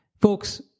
Folks